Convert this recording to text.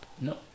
No